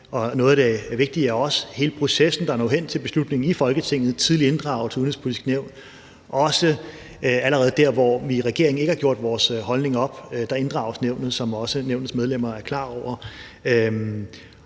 Noget af det vigtige er også hele processen, der når hen til beslutningen i Folketinget, og en tidlig inddragelse af Det Udenrigspolitiske Nævn, og også allerede der, hvor vi i regeringen ikke har gjort vores holdning op, inddrages Nævnet, som Nævnets medlemmer også er klar over.